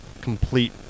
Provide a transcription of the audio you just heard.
complete